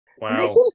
Wow